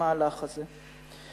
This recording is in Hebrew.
המהלך הזה.